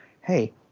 hey